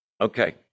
Okay